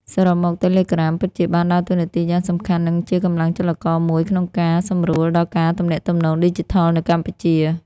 សរុបមក Telegram ពិតជាបានដើរតួនាទីយ៉ាងសំខាន់ និងជាកម្លាំងចលករមួយក្នុងការ សម្រួលដល់ការទំនាក់ទំនងឌីជីថលនៅកម្ពុជា។